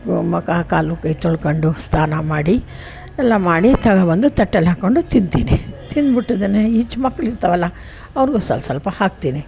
ಮುಖ ಕಾಲು ಕೈ ತೊಳ್ಕೊಂಡು ಸ್ನಾನ ಮಾಡಿ ಎಲ್ಲ ಮಾಡಿ ತಗೋಬಂದು ತಟ್ಟೆಲಿ ಹಾಕ್ಕೊಂಡು ತಿಂತೀನಿ ತಿಂದುಬಿಟ್ಟು ಇದನ್ನು ಈ ಚಿಕ್ಕ ಮಕ್ಕಳು ಇರ್ತಾರಲ್ಲ ಅವ್ರಿಗೂ ಸ್ವಲ್ಪ ಸ್ವಲ್ಪ ಹಾಕ್ತೀನಿ